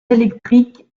électriques